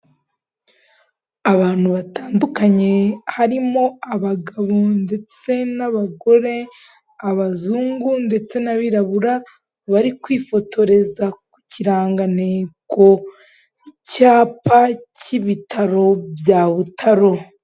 Abantu batandukanye harimo abagabo ndetse n'abagore, abazungu ndetse n'abirabura, bari kwifotoreza ku kirangantego icyapa cy'ibitaro bya Butaro.